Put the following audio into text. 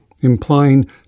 implying